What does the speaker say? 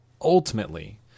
Ultimately